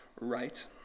right